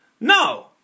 No